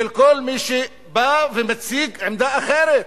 של כל מי שבא ומציג עמדה אחרת.